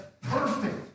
perfect